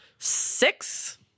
Six